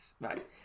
right